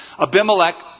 Abimelech